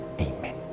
amen